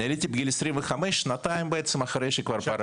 אני עליתי בגיל 25, שנתיים בעצם אחרי שכבר פרשתי.